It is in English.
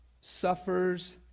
suffers